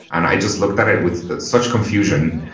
and i just looked at it with such confusion,